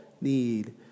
need